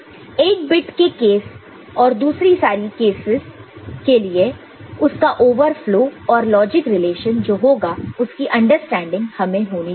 8 bit के case और दूसरी सारे केससब के लिए उसका ओवरफ्लो और लॉजिक रिलेशन जो होगा उसकी अंडरस्टैंडिंग हमें होना चाहिए